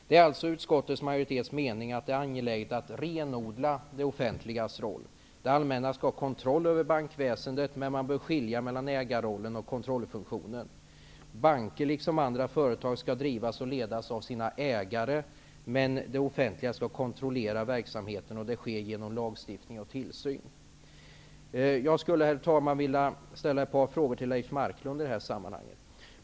Det är alltså utskottsmajoritetens mening att det är angeläget att renodla det offentligas roll. Allmänheten skall ha kontroll över bankväsendet, men då bör man skilja mellan ägarrollen och kontrollfunktionen. Banker liksom andra företag skall drivas och ledas av sina ägare, men det offentliga skall kontrollera verksamheten. Det sker genom lagstiftning och tillsyn. Jag skulle, herr talman, vilja ställa ett par frågor till Leif Marklund.